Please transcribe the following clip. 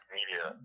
Media